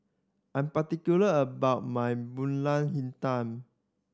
I'm particular about my Pulut Hitam